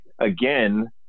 again